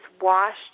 washed